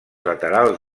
laterals